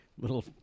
little